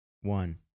One